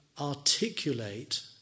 articulate